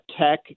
tech